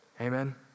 Amen